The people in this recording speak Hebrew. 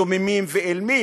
דוממים ואילמים,